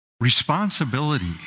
responsibility